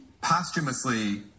posthumously